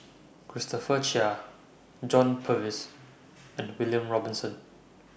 Christopher Chia John Purvis and William Robinson